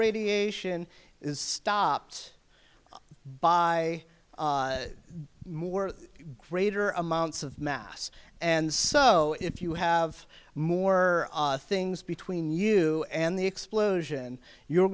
radiation is stopped by more greater amounts of mass and so if you have more things between you and the explosion you're